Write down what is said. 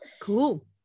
Cool